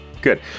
good